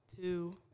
Two